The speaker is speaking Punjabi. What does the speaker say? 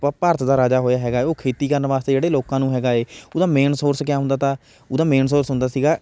ਭਾ ਭਾਰਤ ਦਾ ਰਾਜਾ ਹੋਇਆ ਹੈਗਾ ਉਹ ਖੇਤੀ ਕਰਨ ਵਾਸਤੇ ਜਿਹੜੇ ਲੋਕਾਂ ਨੂੰ ਹੈਗਾ ਹੈ ਉਹਦਾ ਮੇਨ ਸੋਰਸ ਕਿਆ ਹੁੰਦਾ ਤਾ ਉਹਦਾ ਮੇਨ ਸੋਰਸ ਹੁੰਦਾ ਸੀਗਾ